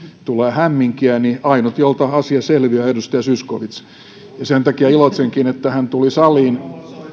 tulee hämminkiä niin ainut jolta asia selviää on edustaja zyskowicz ja sen takia iloitsenkin että hän tuli saliin